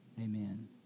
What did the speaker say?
amen